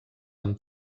amb